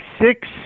six